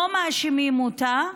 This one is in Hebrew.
לא מאשימים אותה,